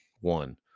One